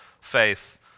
faith